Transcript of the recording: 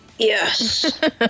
Yes